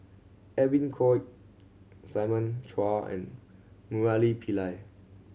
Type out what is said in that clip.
Edwin Koek Simon Chua and Murali Pillai